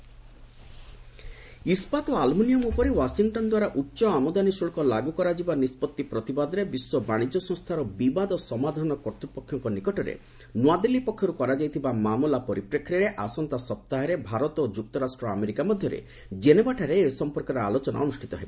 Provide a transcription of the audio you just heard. WHO India US ଇସ୍କାତ ଓ aluminium ଉପରେ ୱାଶିଂଟନ୍ ଦ୍ୱାରା ଉଚ୍ଚ ଆମାଦାନୀ ଶୁଲ୍କ ଲାଗୁ କରାଯିବା ନିଷ୍କଭି ପ୍ରତିବାଦରେ ବିଶ୍ୱ ବାଣିଜ୍ୟ ସଂସ୍ଥାର ବିବାଦ ସମାଧାନ କର୍ତ୍ତୂପକ୍ଷ ନିକଟରେ ନୂଆଦିଲ୍ଲୀ ପକ୍ଷରୁ କରାଯାଇଥିବା ମାମଲା ପରିପ୍ରେକ୍ଷୀରେ ଆସନ୍ତା ସପ୍ତାହରେ ଭାରତ ଓ ଯୁକ୍ତରାଷ୍ଟ୍ର ଆମେରିକା ମଧ୍ୟରେ ଜେନେଭାଠାରେ ଏ ସଂପର୍କରେ ଆଲୋଚନା ଅନୁଷ୍ଠିତ ହେବ